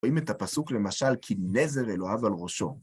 רואים את הפסוק, למשל, כנזר אלוהיו על ראשו?